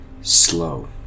Slow